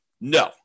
No